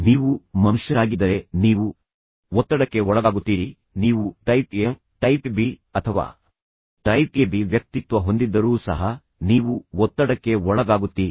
ನೀವು ಮನುಷ್ಯರಾಗಿದ್ದರೆ ನೀವು ಒತ್ತಡಕ್ಕೆ ಒಳಗಾಗುತ್ತೀರಿ ನೀವು ವಿಶೇಷವಾಗಿದ್ದರೂ ಸಹ ನೀವು ಸಾಧಿಸುವ ರೀತಿಯವರಾಗಿರಲಿ ನೀವು ಹಿಂದುಳಿದ ರೀತಿಯವರಾಗಿರಲಿ ಅಥವಾ ನೀವು ಟೈಪ್ ಎ ಟೈಪ್ ಬಿ ಅಥವಾ ಟೈಪ್ ಎಬಿ ವ್ಯಕ್ತಿತ್ವ ಹೊಂದಿದ್ದರೂ ಸಹ ನೀವು ಒತ್ತಡಕ್ಕೆ ಒಳಗಾಗುತ್ತೀರಿ